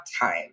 time